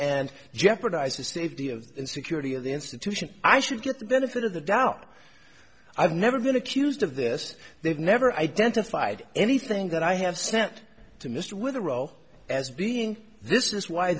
and jeopardize the safety of security of the institution i should get the benefit of the doubt i've never been accused of this they've never identified anything that i have sent to mr with a row as being this is why